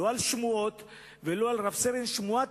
לא עם שמועות ולא עם רב-סרן שמועתי.